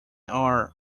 are